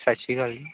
ਸਤਿ ਸ਼੍ਰੀ ਅਕਾਲ ਜੀ